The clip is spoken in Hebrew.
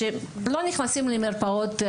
לא נכנסים למרפאות,